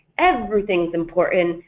everything is important,